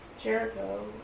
Jericho